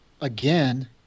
again